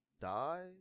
die